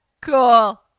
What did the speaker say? Cool